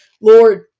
Lord